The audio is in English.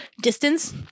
distance